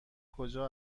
کجا